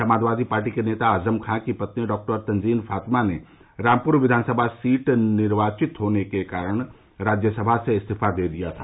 Samajwadi party के नेता आज़ख खान की पत्नी डॉक्टर तनजीन फातिमा ने रामपुर विधानसभा सीट निर्वाचित होने के बाद राज्यसभा से इस्तीफा दे दिया था